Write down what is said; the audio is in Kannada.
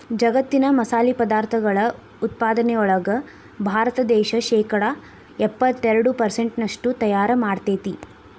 ಜಗ್ಗತ್ತಿನ ಮಸಾಲಿ ಪದಾರ್ಥಗಳ ಉತ್ಪಾದನೆಯೊಳಗ ಭಾರತ ದೇಶ ಶೇಕಡಾ ಎಪ್ಪತ್ತೆರಡು ಪೆರ್ಸೆಂಟ್ನಷ್ಟು ತಯಾರ್ ಮಾಡ್ತೆತಿ